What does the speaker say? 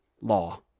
law